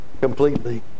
completely